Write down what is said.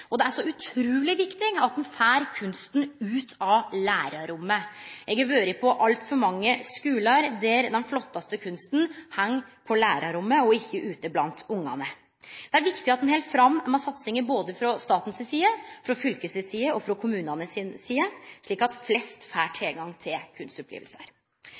så utruleg viktig at ein får kunsten ut av lærarrommet. Eg har vore på altfor mange skular der den flottaste kunsten heng på lærarrommet, og ikkje ute blant ungane. Det er viktig at ein held fram med satsinga både frå staten si side, frå fylket si side og frå kommunane si side, slik at flest mogleg får